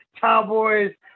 Cowboys